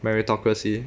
meritocracy